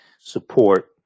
support